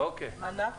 אנחנו